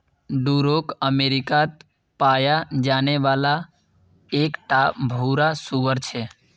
Duroc अमेरिकात पाया जाने वाला एक टा भूरा सूअर छे